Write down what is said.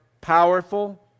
powerful